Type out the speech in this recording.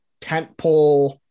tentpole